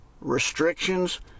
restrictions